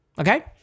Okay